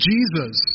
Jesus